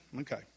Okay